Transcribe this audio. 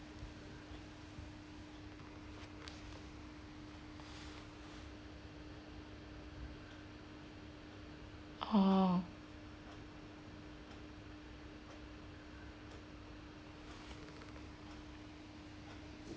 oh